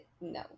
No